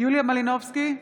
יוליה מלינובסקי,